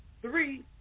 Three